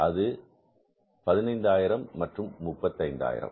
அது 15000 மற்றும் 35000